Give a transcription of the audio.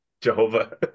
Jehovah